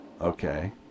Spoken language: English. Okay